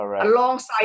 alongside